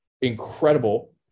incredible